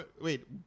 wait